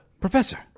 Professor